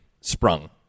sprung